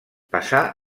passà